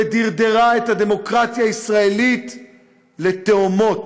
ודרדרה את הדמוקרטיה הישראלית לתהומות.